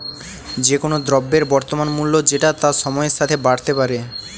যে কোন দ্রব্যের বর্তমান মূল্য যেটা তা সময়ের সাথে বাড়তে পারে